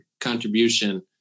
contribution